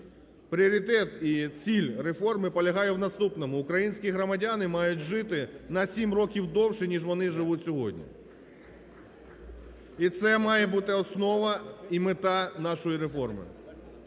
Пріоритет і ціль реформи полягає в наступному, українські громадяни мають жити на 7 років довше, ніж вони живуть сьогодні. І це має бути основа і мета нашої реформи.